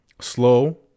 Slow